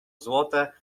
złote